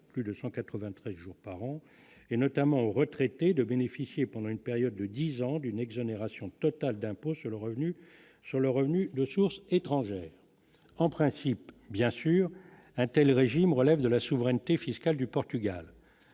plus de 193 jours par an, et notamment aux retraités de bénéficier pendant une période de 10 ans d'une exonération totale d'impôt sur le revenu sur le revenu de sources étrangères en principe. Bien sûr, untel régime relève de la souveraineté fiscale du Portugal